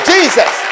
Jesus